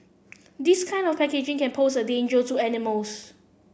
this kind of packaging can pose a danger to animals